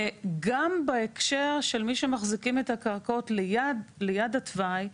גם בהקשר של מי שמחזיקים את הקרקעות ליד התוואי,